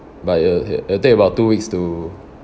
but it'll it'll take about two weeks to